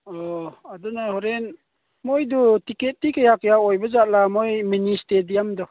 ꯑꯥ ꯑꯗꯨꯅ ꯍꯣꯔꯦꯟ ꯃꯣꯏꯗꯤ ꯇꯤꯀꯦꯠꯇꯤ ꯀꯌꯥ ꯀꯌꯥ ꯑꯣꯏꯕꯖꯥꯠꯂ ꯃꯣꯏ ꯃꯤꯅꯤ ꯏꯁꯇꯦꯗꯤꯌꯝꯗꯣ